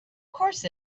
course